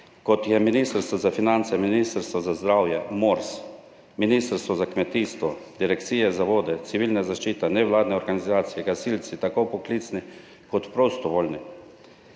kot je Ministrstvo za finance, Ministrstvo za zdravje, MORS, Ministrstvo za kmetijstvo, gozdarstvo in prehrano, Direkcija za vode, Civilna zaščita, nevladne organizacije, gasilci, tako poklicni kot prostovoljni.